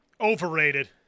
Overrated